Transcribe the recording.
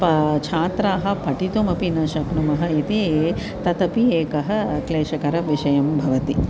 पा छात्राः पठितुमपि न शक्नोति इति तदपि एकः क्लेशकरः विषयः भवति